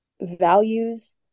values